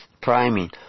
priming